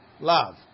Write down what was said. love